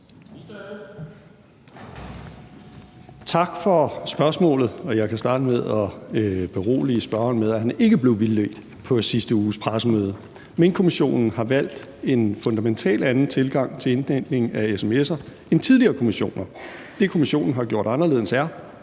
Tak for spørgsmålet. Jeg kan starte med at berolige spørgeren med, at han ikke blev vildledt på sidste uges pressemøde. Minkkommissionen har valgt en fundamentalt anden tilgang til indhentning af sms'er end tidligere kommissioner. Det, kommissionen har gjort anderledes, er,